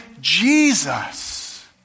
Jesus